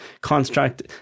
construct